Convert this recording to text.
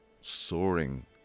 soaring